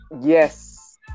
Yes